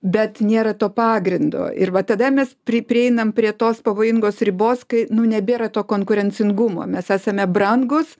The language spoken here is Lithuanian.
bet nėra to pagrindo ir va tada mes pri prieinam prie tos pavojingos ribos kai nu nebėra to konkurencingumo mes esame brangūs